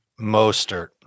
Mostert